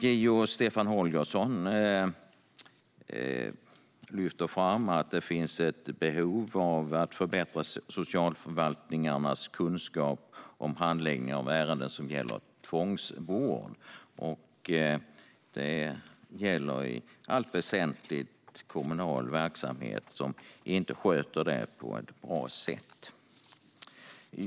JO Stefan Holgersson lyfter fram att det finns ett behov av förbättra socialförvaltningarnas kunskap om handläggning av ärenden som gäller tvångsvård. Det är i allt väsentligt kommunala verksamheter som inte sköter detta på ett bra sätt.